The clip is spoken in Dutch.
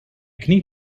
knie